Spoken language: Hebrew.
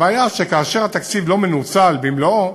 הבעיה, שכאשר התקציב לא מנוצל במלואו,